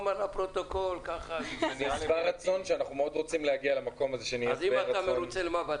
אנחנו מאוד רוצים להיות מרוצים.